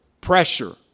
pressure